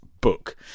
book